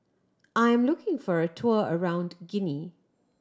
I'm looking for a tour around Guinea